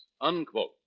unquote